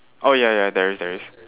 oh ya ya there is there is